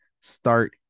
start